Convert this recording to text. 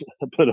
put